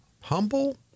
humble